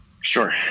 Sure